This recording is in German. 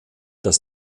dass